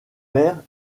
vers